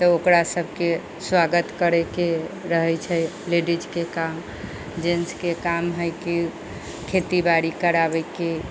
तऽ ओकरा सबके स्वागत करयके रहे छै लेडीजके काम जेंटसके काम है कि खेती बारी कराबे के